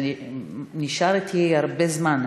זה נשאר אתי הרבה זמן,